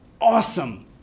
awesome